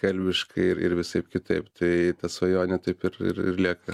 kalbiškai ir ir visaip kitaip tai ta svajonė taip ir ir ir lieka